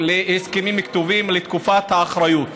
להסכמים כתובים בתקופת האחריות,